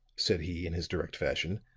said he in his direct fashion,